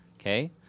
okay